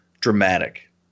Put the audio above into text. dramatic